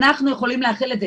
אנחנו יכולים להכיל את זה,